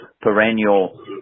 perennial